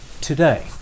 today